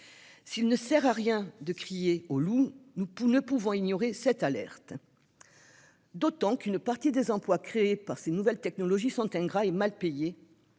S'il ne sert à rien de crier au loup, nous ne pouvons ignorer cette alerte, d'autant qu'une partie des emplois qui sont créés par ces nouvelles technologies sont ingrats et mal payés.